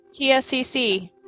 TSCC